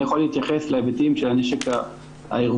אני יכול להתייחס להיבטים של הנשק הארגוני,